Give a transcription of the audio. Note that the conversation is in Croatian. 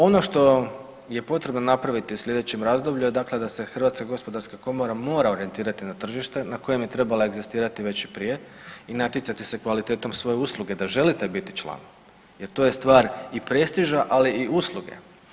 Ono što je potrebno napraviti u sljedećem razdoblju je dakle da se HGK mora orijentirati na tržište na kojem je trebala egzistirati već i prije i natjecati se kvalitetom svoje usluge da želite biti član jer to je stvar i prestiža, ali i usluge.